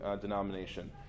denomination